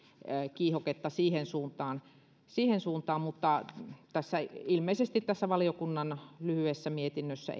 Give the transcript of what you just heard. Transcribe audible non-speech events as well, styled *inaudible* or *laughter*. kiihoketta siihen suuntaan siihen suuntaan mutta ilmeisesti tässä valiokunnan lyhyessä mietinnössä *unintelligible*